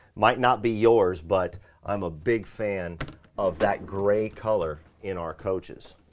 might not be yours, but i'm a big fan of that gray color in our coaches.